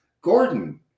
gordon